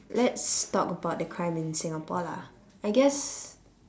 let's talk about the crime in singapore lah I guess